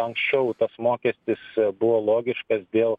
anksčiau tas mokestis buvo logiškas dėl